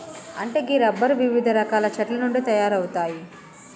అంటే గీ రబ్బరు వివిధ రకాల చెట్ల నుండి తయారవుతాయి